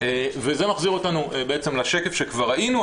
זה מחזיר אותנו בעצם לשקף שכבר ראינו,